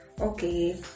Okay